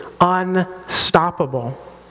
unstoppable